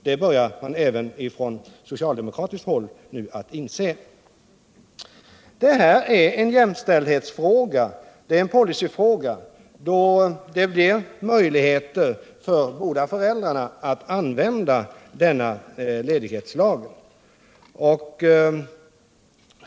Det börjar man nu även från socialdemokratiskt håll inse. Det är en jämställdhetsfråga och en policyfråga då det ges möjligheter för båda föräldrarna att använda denna ledighetslag.